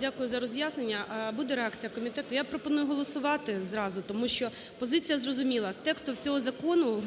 Дякую за роз'яснення. Буде реакція комітету? Я пропоную голосувати зразу, тому що позиція зрозуміла, з тексту всього закону